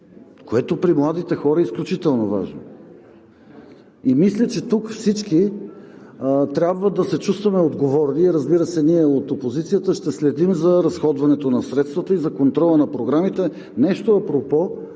което при младите хора е изключително важно. Мисля, че тук всички трябва да се чувстваме отговорни, разбира се, ние от опозицията ще следим за разходването на средствата, за контрола на програмите, нещо апропо,